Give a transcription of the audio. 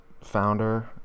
founder